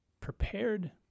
Prepared